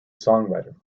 songwriter